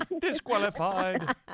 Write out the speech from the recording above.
Disqualified